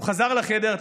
הוא חזר לחדר.